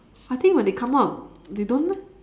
I think when they come out they don't meh